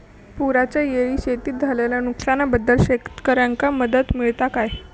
पुराच्यायेळी शेतीत झालेल्या नुकसनाबद्दल शेतकऱ्यांका मदत मिळता काय?